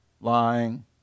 lying